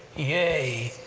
yea!